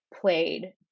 played